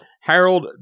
Harold